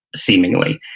seemingly.